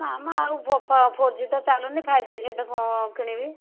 ନା ମ ଆଉ ଫୋର୍ ଜି ତ ଚାଲୁନି ଫାଇଭ୍ ଜି ସେଟ୍ କ'ଣ କିଣିବି